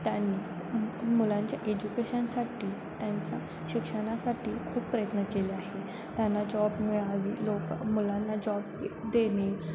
त्यांनी मु मुलांच्या एज्युकेशनसाठी त्यांचा शिक्षणासाठी खूप प्रयत्न केले आहे त्यांना जॉब मिळावी लोकं मुलांना जॉब देणे